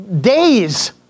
days